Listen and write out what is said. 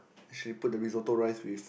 she put the Risotto rice with